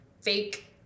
fake